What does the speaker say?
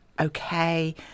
okay